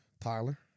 Tyler